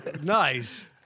nice